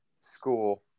school